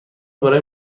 برای